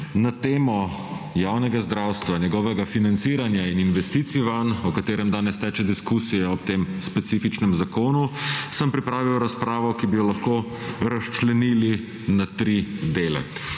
Na temo javnega zdravstva, njegovega financiranja in investicij vanj o katerem danes teče diskusija ob tem specifičnem zakonu, sem pripravil razpravo, ki bi jo lahko razčlenili na tri dele.